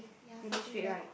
standing straight right